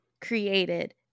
created